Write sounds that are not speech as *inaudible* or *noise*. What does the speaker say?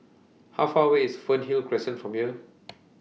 How Far away IS Fernhill Crescent from here *noise*